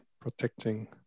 protecting